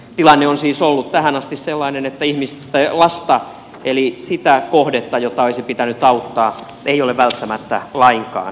tilanne on siis ollut tähän asti sellainen että lasta eli sitä kohdetta jota olisi pitänyt auttaa ei ole välttämättä lainkaan tavattu